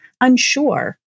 unsure